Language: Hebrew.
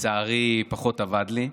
לצערי פחות עבד לי.